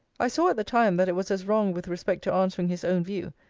i saw at the time that it was as wrong with respect to answering his own view,